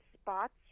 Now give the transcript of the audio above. spots